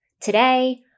Today